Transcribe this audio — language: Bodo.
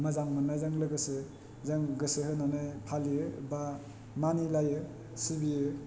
मोजां मोन्नायजों लोगोसे जों गोसो होनानै फालियो बा मानिलायो सिबियो